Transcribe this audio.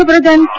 મુખ્યપ્રધાન કે